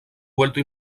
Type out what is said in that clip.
vuelto